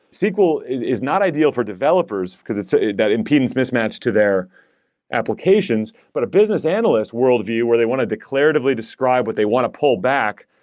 sql is not ideal for developers, because it's ah that impedance mismatch to their applications, but a business analyst worldview where they to declaratively describe what they want to pull back,